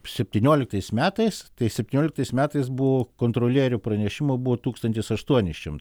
septynioliktais metais tai septynioliktais metais buvo kontrolierių pranešimų buvo tūkstantis aštuoni šimtai